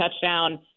touchdown